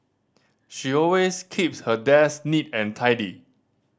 she always keeps her desk neat and tidy